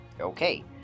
Okay